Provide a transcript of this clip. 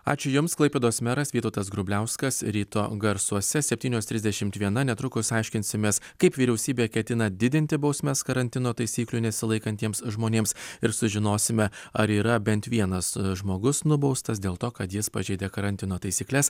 ačiū jums klaipėdos meras vytautas grubliauskas ryto garsuose septynios trisdešimt viena netrukus aiškinsimės kaip vyriausybė ketina didinti bausmes karantino taisyklių nesilaikantiems žmonėms ir sužinosime ar yra bent vienas žmogus nubaustas dėl to kad jis pažeidė karantino taisykles